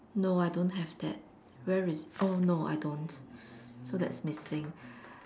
no I don't have that where is i~ oh no I don't so that's missing